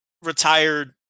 Retired